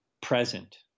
present